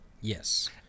Yes